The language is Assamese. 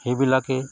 সেইবিলাকে